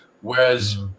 Whereas